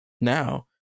Now